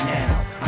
now